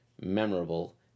memorable